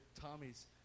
Tommy's